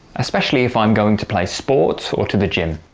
especially if i'm going to play sport or to the gym,